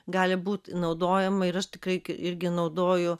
gali būti naudojama ir aš tikrai irgi naudoju